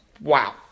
wow